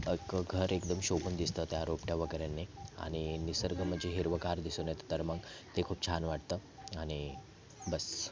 एक घर एकदम शोभून दिसतं त्या रोपट्या वगैरेनी आणि निसर्ग म्हणजे हिरवंगार दिसून येतं तर मग ते खूप छान वाटतं आणि बस्स